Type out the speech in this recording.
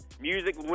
Music